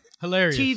Hilarious